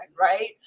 right